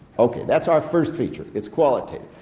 ok, that's our first feature it's qualitative.